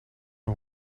een